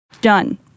Done